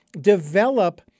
develop